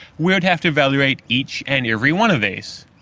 we would have to evaluate each and every one of these,